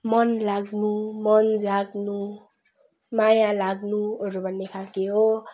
मन लाग्नु मन जाग्नु माया लाग्नुहरू भन्ने खाले हो